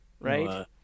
right